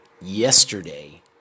yesterday